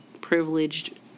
privileged